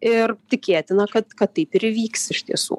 ir tikėtina kad kad taip ir įvyks iš tiesų